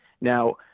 Now